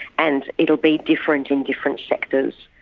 and it will be different in different sectors.